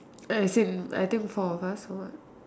all I said I think four of us or what